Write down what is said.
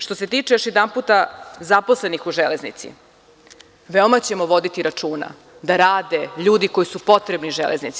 Što se tiče, još jednom, zaposlenih u železnici, veoma ćemo voditi računa, da rade ljudi koji su potrebni železnici.